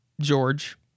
george